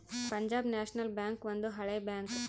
Punjab National Bank ಒಂದು ಹಳೆ bank